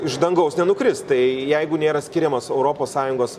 iš dangaus nenukris tai jeigu nėra skiriamos europos sąjungos